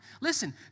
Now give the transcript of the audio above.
Listen